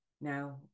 Now